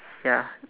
ya